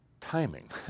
timing